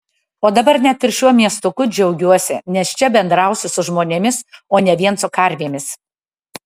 o dabar net ir šiuo miestuku džiaugiuosi nes čia bendrausiu su žmonėmis o ne vien su karvėmis